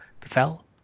befell